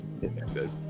good